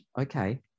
Okay